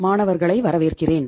மாணவர்களை வரவேற்கிறேன்